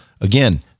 again